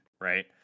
right